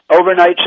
overnight